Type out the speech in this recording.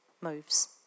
moves